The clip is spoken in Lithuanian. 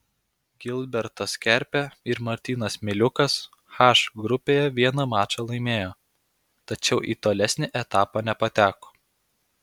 gilbertas kerpė ir martynas miliukas h grupėje vieną mačą laimėjo tačiau į tolesnį etapą nepateko